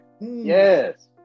Yes